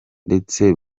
ndetse